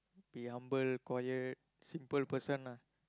be humble quiet simple person lah